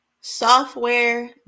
software